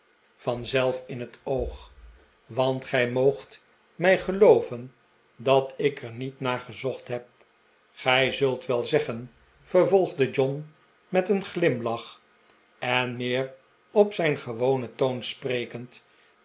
mij vanzelf in het oog want gij moogt mij gelooven dat ik er niet naar gezocht heb gij zult wel zeggen vervolgde john met een glimlach en meer op zijn gewonen toon sprekend